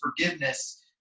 forgiveness